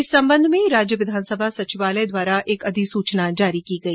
इस संबंध में राज्य विधानसभा सचिवालय द्वारा एक अधिसुचना जारी की गई